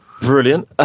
Brilliant